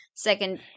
second